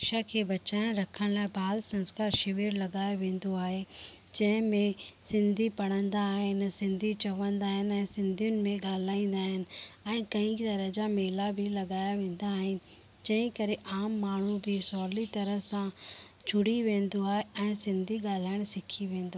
शिक्षा खे बचाइणु रखण लाइ बाल संस्कार शिविर लगाए वेंदो आहे जंहिंमें सिंधी पढ़ंदा आहिनि सिंधी चंवदा आहिनि ऐं सिंधीयुनि में ॻाल्हाईंदा आहिनि ऐं कई तरह जा मेला बि लगाया वेंदा आहिनि जंहिं करे आम माण्हू बि सवली तरह सां जुड़ी वेंदो आहे ऐं सिंधी ॻाल्हाइणु सिखी वेंदो